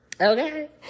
Okay